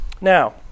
now